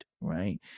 right